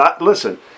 listen